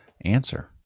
answer